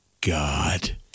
God